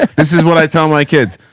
ah this is what i tell my kids.